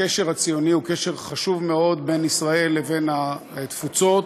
הקשר הציוני בין ישראל לבין התפוצות